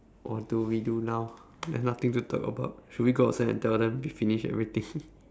what do we do now there's nothing to talk about should we go outside and tell them we finish everything